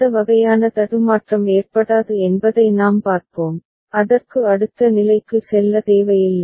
அந்த வகையான தடுமாற்றம் ஏற்படாது என்பதை நாம் பார்ப்போம் அதற்கு அடுத்த நிலைக்கு செல்ல தேவையில்லை